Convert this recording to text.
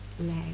leg